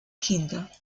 kinder